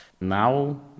Now